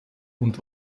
und